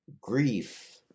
Grief